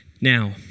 Now